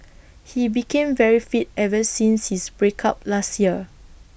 he became very fit ever since his break up last year